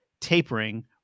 tapering